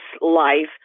life